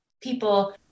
people